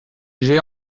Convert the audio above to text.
j’ai